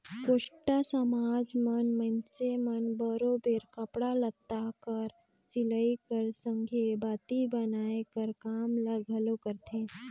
कोस्टा समाज कर मइनसे मन बरोबेर कपड़ा लत्ता कर सिलई कर संघे बाती बनाए कर काम ल घलो करथे